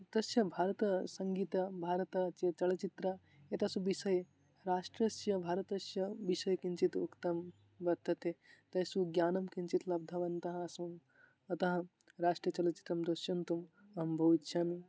तस्य भारतसङ्गीतं भारत चे चलचित्रम् एतासु विषये राष्ट्रस्य भारतस्य विषये किञ्चित् उक्तं वर्तते तेषु ज्ञानं किञ्चित् लब्धवन्तः आसम् अतः राष्ट्रियचलचित्रं दृश्यन्तुम् अहं बहु इच्छामि